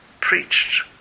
preached